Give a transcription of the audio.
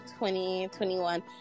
2021